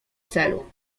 celu